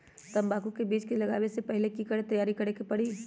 तंबाकू के बीज के लगाबे से पहिले के की तैयारी करे के परी?